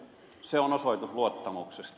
se on osoitus luottamuksesta